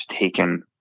taken